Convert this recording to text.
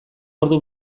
ordu